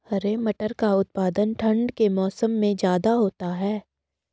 हरे मटर का उत्पादन ठंड के मौसम में ज्यादा होता है